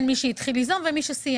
ובין מי שהתחיל ליזום וסיים.